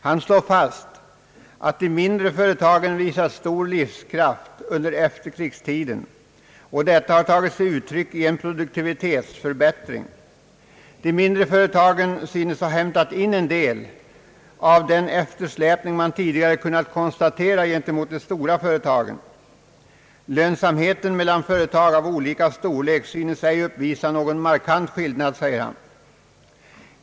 Han slår fast att de mindre företagen visat stor livskraft under efterkrigstiden och att detta har tagit sig uttryck i en produktivitetsförbättring. De mindre företagen synes ha hämtat in en del av den eftersläpning man tidigare kunnat konstatera gent emot de stora företagen. Lönsamheten mellan företag av olika storlek synes inte uppvisa någon markant skillnad, säger han.